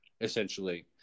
essentially